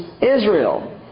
Israel